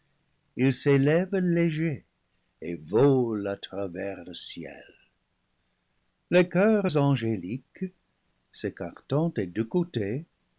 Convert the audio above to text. il s'élève léger et vole à travers le ciel les choeurs angéliques s'écartant des deux côtés